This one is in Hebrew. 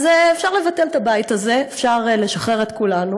אז אפשר לבטל את הבית הזה, אפשר לשחרר את כולנו.